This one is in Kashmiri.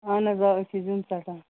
اَہن حظ آ أسۍ زیُن ژٹان